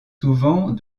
souvent